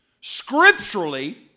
scripturally